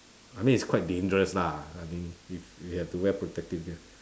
I mean it's quite dangerous lah I mean if you have to wear protective gear